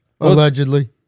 Allegedly